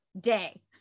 day